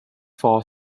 for